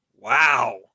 Wow